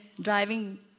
driving